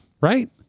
Right